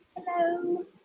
Hello